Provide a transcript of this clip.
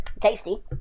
tasty